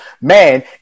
man